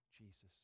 Jesus